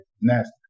Nasty